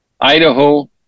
Idaho